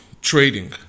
trading